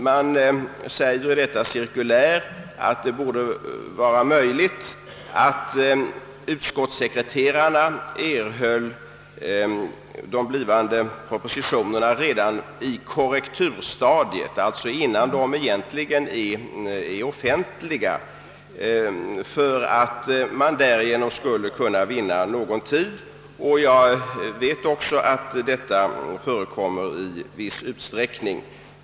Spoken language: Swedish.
Det sades i cirkuläret att det borde vara möjligt att ge utskottssekreterarna de blivande propositionerna i korrektur, alltså innan propositionerna egentligen är offentliga, för att därigenom vinna någon tid. Jag vet att detta också förekommer i viss utsträckning.